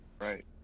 Right